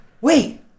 wait